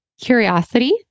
Curiosity